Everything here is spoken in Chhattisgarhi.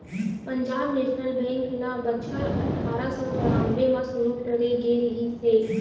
पंजाब नेसनल बेंक ल बछर अठरा सौ चौरनबे म सुरू करे गे रिहिस हे